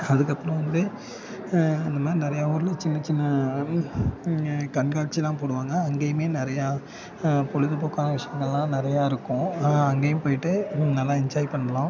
அதுக்கப்புறம் வந்து அந்தமாதிரி நிறையா ஊரில் சின்ன சின்ன கண்காட்சிலாம் போடுவாங்க அங்கேயுமே நிறையா பொழுதுபோக்கான விஷயங்கள்லாம் நிறையா இருக்கும் அதனால் அங்கேயும் போய்ட்டு நல்லா என்ஜாய் பண்ணலாம்